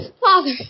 Father